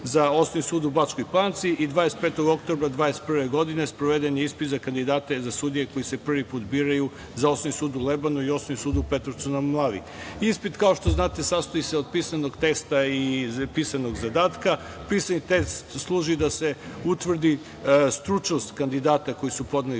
za Osnovni sud u Bačkoj Palanci i 25. oktobra 2021. godine sproveden je ispit za kandidata za sudije koji se prvi put biraju za Osnovni sud u Lebanu i Osnovni sud u Petrovcu na Mlavi. Ispit kao što znate sastoji se od pisanog teksta i pisanog zadatka. Pisani tekst služi da se utvrdi stručnost kandidata koji su podneli